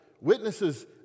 witnesses